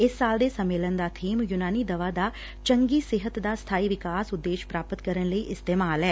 ਇਸ ਸਾਲ ਦੇ ੰਸੇਮੇਲਨ ਦਾ ਬੀਮ ਯੁਨਾਰੀ ਦਵਾ ਦਾ ਚੰਗੀ ਸਿਹਤ ਦਾ ਸਬਾਈ ਵਿਕਾਸ ਉਦੇਸ਼ ਪ੍ਰਾਪਤ ਕਰਨ ਲਈ ਇਸਤੇਮਾਲ ਐ